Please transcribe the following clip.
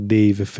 Dave